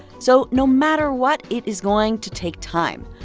so no matter what, it is going to take time.